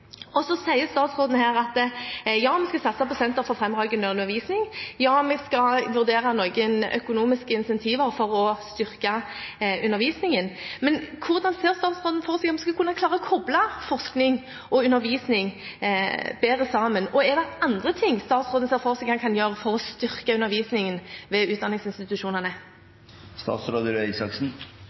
og vi skal vurdere noen økonomiske incentiver for å styrke undervisningen. Men hvordan ser statsråden for seg at man skal kunne klare å koble forskning og undervisning bedre sammen? Er det andre ting statsråden ser for seg at han kan gjøre for å styrke undervisningen ved